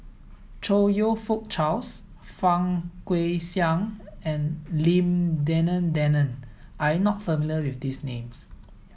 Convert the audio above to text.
Chong You Fook Charles Fang Guixiang and Lim Denan Denon are you not familiar with these names